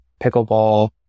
pickleball